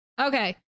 Okay